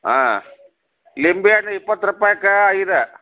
ಹಾಂ ಲಿಂಬಿಹಣ್ ಇಪ್ಪತ್ತು ರೂಪಾಯ್ಗ ಐದು